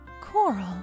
Coral